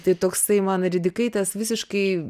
tai toksai man ridikaitės visiškai